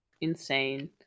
insane